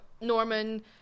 Norman